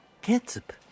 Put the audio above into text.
Ketchup